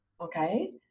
okay